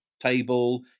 table